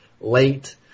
late